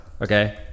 Okay